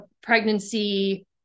pregnancy